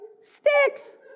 sticks